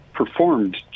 performed